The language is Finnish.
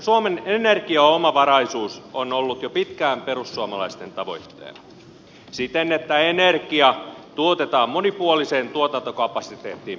suomen energiaomavaraisuus on ollut jo pitkään perussuomalaisten tavoitteena siten että energia tuotetaan monipuoliseen tuotantokapasiteettiin perustuen